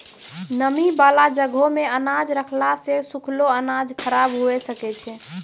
नमी बाला जगहो मे अनाज रखला से सुखलो अनाज खराब हुए सकै छै